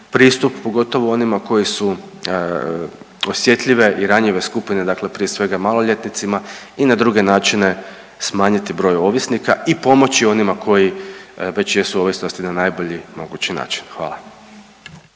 pristup pogotovo onima koji su osjetljive i ranjive skupine, dakle prije svega maloljetnicima i na druge načine smanjiti broj ovisnika i pomoći onima koji već jesu u ovisnosti na najbolji mogući način. Hvala.